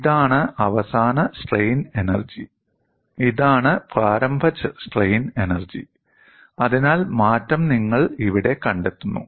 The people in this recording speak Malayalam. ഇതാണ് അവസാന സ്ട്രെയിൻ എനർജി ഇതാണ് പ്രാരംഭ സ്ട്രെയിൻ എനർജി അതിനാൽ മാറ്റം നിങ്ങൾ ഇവിടെ കണ്ടെത്തുന്നു